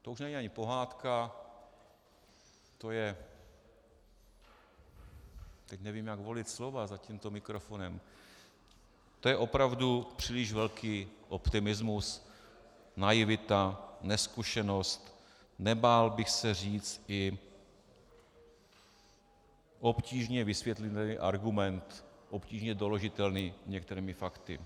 To už není ani pohádka, to je teď nevím, jak volit slova za tímto mikrofonem opravdu příliš velký optimismus, naivita, nezkušenost, nebál bych se říct i obtížně vysvětlitelný argument, obtížně doložitelný některými fakty.